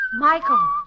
Michael